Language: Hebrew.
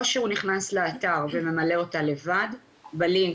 או שהוא נכנס לאתר וממלא אותה לבד בלינק